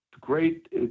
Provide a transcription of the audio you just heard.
great